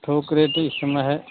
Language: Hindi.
थोक रेट इस समय है